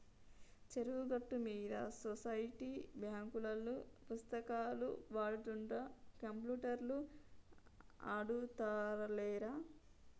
చెరువు గట్టు మీద సొసైటీ బాంకులోల్లు పుస్తకాలే వాడుతుండ్ర కంప్యూటర్లు ఆడుతాలేరా